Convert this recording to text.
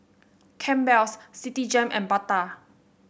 Campbell's Citigem and Bata